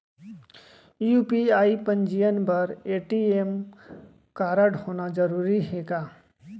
UPI पंजीयन बर ATM कारडहोना जरूरी हे का?